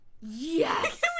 Yes